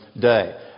day